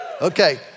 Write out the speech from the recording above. Okay